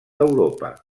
europa